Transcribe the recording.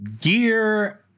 gear